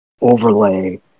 overlay